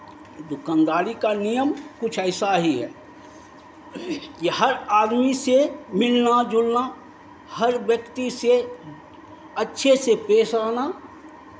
दुकानदारी का नियम कुछ ऐसा ही है कि हर आदमी से मिलना जुलना हर व्यक्ति से अच्छे से पेश आना